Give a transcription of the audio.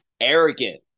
arrogant